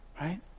right